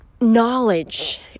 knowledge